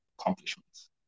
accomplishments